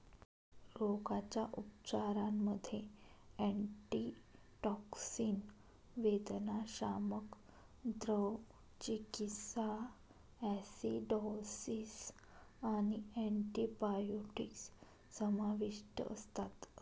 रोगाच्या उपचारांमध्ये अँटीटॉक्सिन, वेदनाशामक, द्रव चिकित्सा, ॲसिडॉसिस आणि अँटिबायोटिक्स समाविष्ट असतात